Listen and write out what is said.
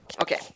Okay